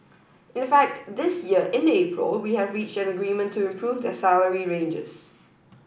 in fact this year in April we have reached an agreement to improve their salary ranges